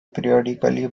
periodically